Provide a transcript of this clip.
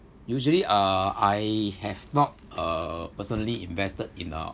usually uh I have not uh personally invested in a